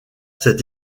cet